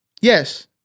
Yes